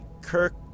Kirk